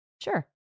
Sure